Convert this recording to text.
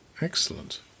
excellent